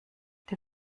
der